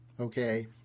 Okay